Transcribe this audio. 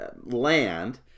land